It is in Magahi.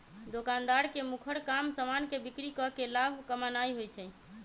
दोकानदार के मुखर काम समान के बिक्री कऽ के लाभ कमानाइ होइ छइ